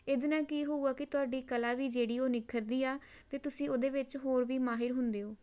ਇਹਦੇ ਨਾਲ ਕੀ ਹੋਊਗਾ ਕਿ ਤੁਹਾਡੀ ਕਲਾ ਵੀ ਜਿਹੜੀ ਉਹ ਨਿਖਰਦੀ ਆ ਅਤੇ ਤੁਸੀਂ ਉਹਦੇ ਵਿੱਚ ਹੋਰ ਵੀ ਮਾਹਿਰ ਹੁੰਦੇ ਹੋ